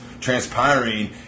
transpiring